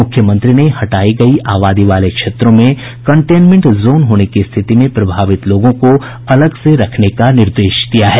मुख्यमंत्री ने हटाई गयी आबादी वाले क्षेत्रों में कनटेनमेंट जोन होने की स्थिति में प्रभावित लोगों को अलग से रखने का निर्देश दिया है